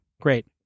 great